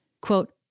Quote